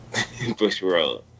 Bushworld